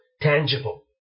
tangible